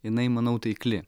jinai manau taikli